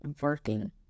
Working